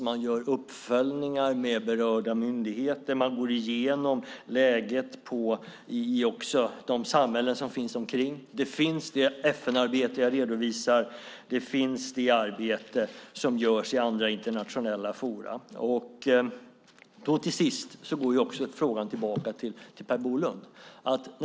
Man gör också uppföljningar med berörda myndigheter, och man går igenom läget i de samhällen som finns runt omkring. Det finns det FN-arbete jag redovisar, och det finns det arbete som görs i andra internationella forum. Till sist går frågan tillbaka till Per Bolund.